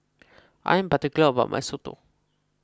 I am particular about my Soto